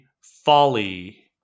Folly